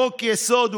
חוקי-יסוד: